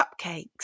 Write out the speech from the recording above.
cupcakes